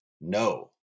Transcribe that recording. no